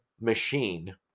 machine